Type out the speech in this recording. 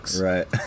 Right